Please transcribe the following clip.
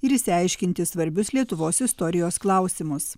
ir išsiaiškinti svarbius lietuvos istorijos klausimus